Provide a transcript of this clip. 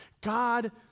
God